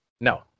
No